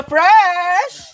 Fresh